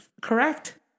Correct